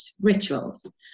rituals